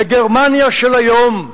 בגרמניה של היום,